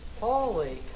Holy